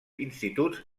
instituts